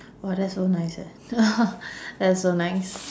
!wah! that's so nice eh that's so nice